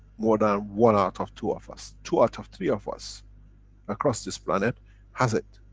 more than one out of two of us. two out of three of us across this planet has it.